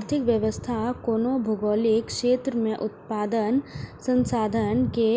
आर्थिक व्यवस्था कोनो भौगोलिक क्षेत्र मे उत्पादन, संसाधन के